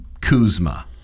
Kuzma